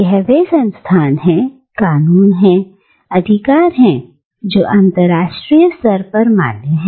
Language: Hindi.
यह वे संस्थान हैं कानून है अधिकार है जो अंतरराष्ट्रीय स्तर पर मान्य है